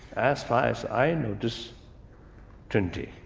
as far as i notice. twenty.